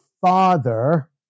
father